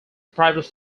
private